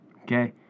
Okay